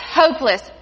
hopeless